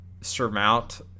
surmount